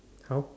how